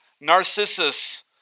Narcissus